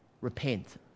repent